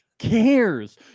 cares